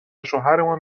شوهرمون